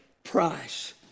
price